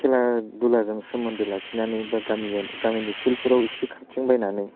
खेला दुलाजों सोमोन्दो लाखिनानै बा गामि गामि गामिनि फिल्डफोराव एसे खारथिंबायनानै